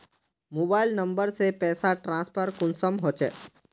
Mobile number से पैसा transfer कुंसम होचे?